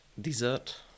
Dessert